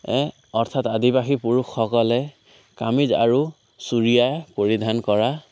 এ অৰ্থাৎ আদিবাদী পুৰুষসকলে কামিজ আৰু চুৰিয়া পৰিধান কৰা